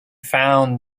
found